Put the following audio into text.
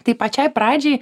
taip pačiai pradžiai